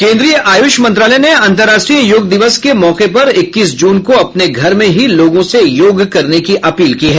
केंद्रीय आयुष मंत्रालय ने अंतरराष्ट्रीय योग दिवस के मौके पर इक्कीस जून को अपने घर में ही लोगों से योग करने की अपील की है